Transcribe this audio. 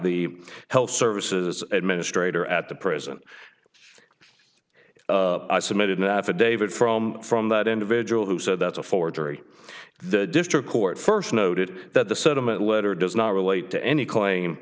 the health services administrator at the prison i submitted an affidavit from from that individual who said that's a forgery the district court first noted that the settlement letter does not relate to any claim